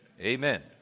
Amen